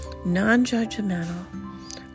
non-judgmental